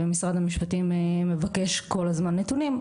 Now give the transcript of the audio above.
ומשרד המשפטים מבקש כל הזמן נתונים,